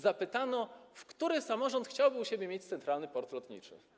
Zapytano, który samorząd chciałby u siebie mieć centralny port lotniczy.